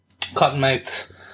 Cottonmouth's